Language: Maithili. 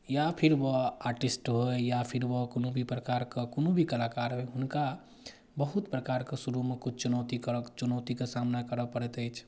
या फिर ओ आर्टिस्ट होय या फिर ओ कोनो भी प्रकारके कोनो भी कलाकार होय हुनका बहुत प्रकारके शुरूमे किछु चुनौती करऽ किछु चुनौतीके सामना करऽ पड़ैत अछि